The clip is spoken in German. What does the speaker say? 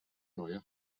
neue